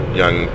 young